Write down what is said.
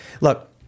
look